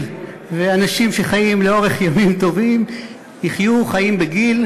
ואנשים שחיים לאורך ימים טובים יחיו חיים בגיל,